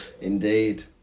Indeed